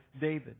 David